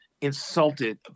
insulted